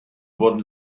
wurden